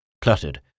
cluttered